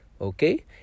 okay